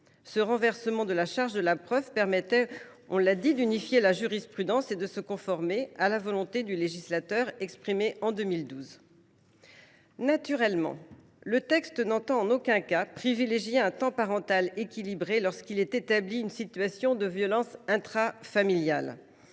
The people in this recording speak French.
Ce renversement de la charge de la preuve permettait d’unifier la jurisprudence et de se conformer à la volonté du législateur exprimée en 2012. Naturellement, le texte n’entend en aucun cas privilégier un temps parental équilibré lorsque des violences intrafamiliales